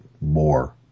more